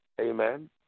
amen